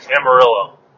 Amarillo